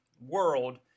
world